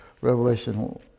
Revelation